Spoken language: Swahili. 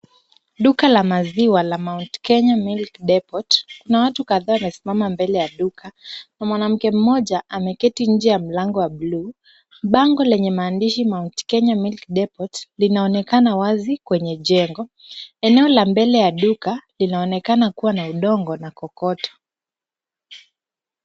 Duka la maziwa la Mt. Kenya Milk Depot. Kuna watu kadhaa wamesimama mbele ya duka na mwanamke mmoja ameketi nje ya mlango wa buluu. Bango lenye maandishi Mt. Kenya Milk Depot linaonekana wazi kwenye jengo. Eneo la mbele ya duka linaonekana kuwa na udongo na kokoto.